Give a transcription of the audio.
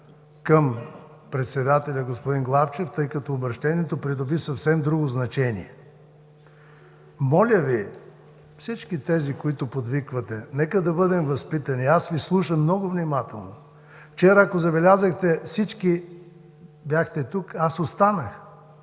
към председателя господин Главчев, тъй като обръщението придоби съвсем друго значение. Моля Ви – всички тези, които подвиквате, нека да бъдем възпитани. Аз Ви слушам много внимателно. Ако забелязахте вчера – всички бяхте тук, аз останах,